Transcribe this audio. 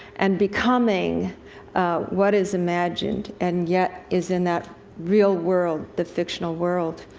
and becoming what is imagined and yet is in that real world, the fictional world.